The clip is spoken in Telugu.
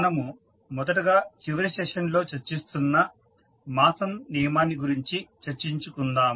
మనము మొదటగా చివరి సెషన్ లో చర్చిస్తున్న మాసన్ నియమాన్ని గురించి చర్చించుకుందాం